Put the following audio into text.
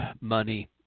money